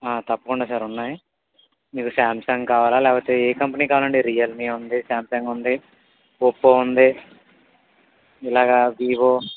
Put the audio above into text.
తప్పకుండా సార్ ఉన్నాయి మీకు శాంసంగ్ కావాలా లేకపోతే ఏ కంపెనీ కావాలండి రియల్మీ ఉంది శాంసంగ్ ఉంది ఒప్పో ఉంది ఇలాగ వివో